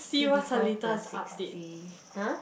fifty five plus sixty !huh!